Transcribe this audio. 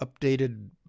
updated